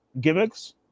gimmicks